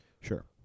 Sure